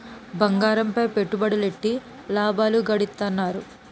బంగారంపై పెట్టుబడులెట్టి లాభాలు గడిత్తన్నారు